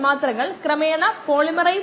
അവയെല്ലാം ഒരേസമയം സംഭവിക്കുന്നു